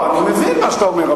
אני מבין מה שאתה אומר,